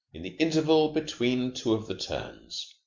in the interval between two of the turns,